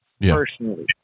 personally